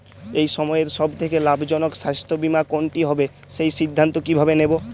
এই সময়ের সব থেকে লাভজনক স্বাস্থ্য বীমা কোনটি হবে সেই সিদ্ধান্ত কীভাবে নেব?